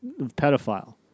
Pedophile